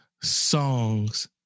songs